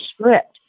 script